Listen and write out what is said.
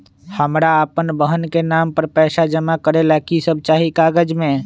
हमरा अपन बहन के नाम पर पैसा जमा करे ला कि सब चाहि कागज मे?